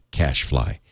cashfly